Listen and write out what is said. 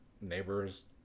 neighbors